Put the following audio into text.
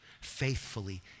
faithfully